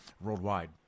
worldwide